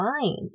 mind